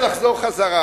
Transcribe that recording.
את הג'ובים.